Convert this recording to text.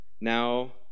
now